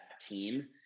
team